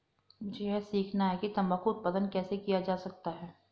मुझे यह सीखना है कि तंबाकू उत्पादन कैसे किया जा सकता है?